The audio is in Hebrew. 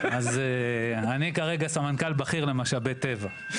אז אני כרגע סמנכ"ל בכיר למשאבי טבע.